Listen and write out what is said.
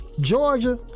Georgia